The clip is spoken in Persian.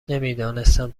نمیدانستم